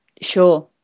Sure